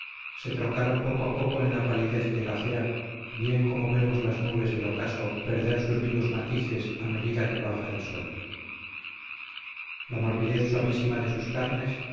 se trocaron poco a poco en la palidez de la cera bien como vemos las nubes del ocaso perder sus vivos matices a medida que baja el sol la morbidez suavísima de sus carnes